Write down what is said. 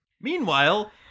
Meanwhile